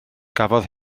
gafodd